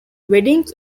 weddings